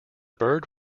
bird